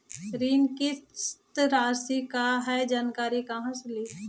ऋण किस्त रासि का हई जानकारी कहाँ से ली?